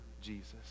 Jesus